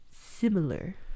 similar